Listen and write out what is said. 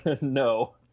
no